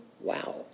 wow